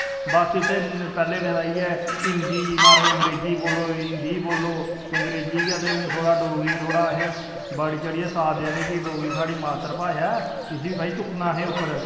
बस इत्थे पैह्लें नेईं तां इयै हिंदी महाराज अंग्रेजी बोलो हिन्दी बोलो अंग्रेजी गै ते हून थोह्ड़ा डोगरी थोह्ड़ा असें ते बढ़ी चढ़ियै साथ देआ ने के एह् डोगरी साढ़ी मात्तर भाशा ऐ इसी भाई चुक्कना असें उप्पर